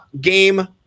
game